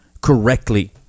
correctly